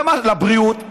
לבריאות,